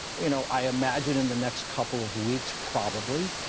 you know i imagine, in the next couple of weeks, probably,